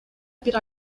бир